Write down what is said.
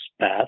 path